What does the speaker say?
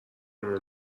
اونو